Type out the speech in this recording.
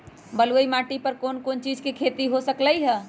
बलुई माटी पर कोन कोन चीज के खेती हो सकलई ह?